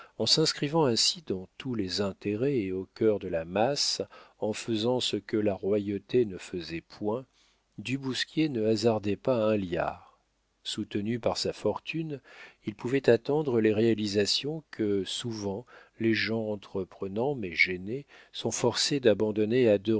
en s'inscrivant ainsi dans tous les intérêts et au cœur de la masse en faisant ce que la royauté ne faisait point du bousquier ne hasardait pas un liard soutenu par sa fortune il pouvait attendre les réalisations que souvent les gens entreprenants mais gênés sont forcés d'abandonner à